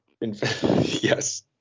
Yes